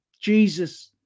Jesus